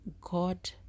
God